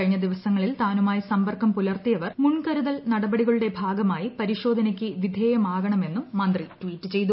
കഴിഞ്ഞ ദിവസങ്ങളിൽ താനുമായി സമ്പർക്കം പുലർത്തിയവർ മുൻകരുതൽ നടപടികളുടെ ഭാഗമായി പരിശോധനയ്ക്ക് വിധേയമാകണമെന്നും മന്ത്രി ട്വീറ്റ് ചെയ്തു